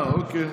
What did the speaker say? אוכל,